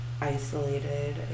Isolated